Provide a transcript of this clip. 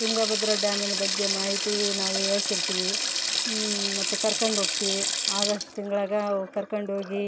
ತುಂಗಭದ್ರಾ ಡ್ಯಾಮ್ನ ಬಗ್ಗೆ ಮಾಹಿತಿ ನಾವು ಹೇಳ್ತಿರ್ತೀವಿ ಮತ್ತು ಕರ್ಕೊಂಡ್ ಹೋಗ್ತೀವಿ ಆಗಸ್ಟ್ ತಿಂಗಳಾಗ ಕರ್ಕೊಂಡ್ ಹೋಗಿ